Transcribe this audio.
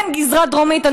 אין גזרה דרומית.